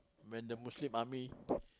when the Muslim army